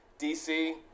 dc